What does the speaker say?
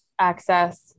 access